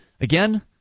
Again